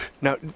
Now